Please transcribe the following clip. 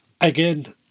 again